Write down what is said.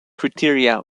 criteria